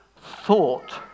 thought